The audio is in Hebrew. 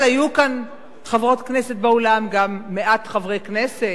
אבל היו כאן חברות כנסת באולם, גם מעט חברי כנסת.